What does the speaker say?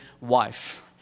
wife